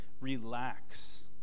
relax